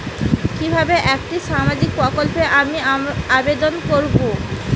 কিভাবে একটি সামাজিক প্রকল্পে আমি আবেদন করব?